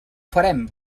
farem